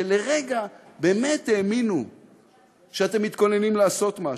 שלרגע באמת האמינו שאתם מתכוננים לעשות משהו,